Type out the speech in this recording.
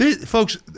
folks